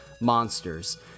monsters